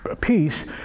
peace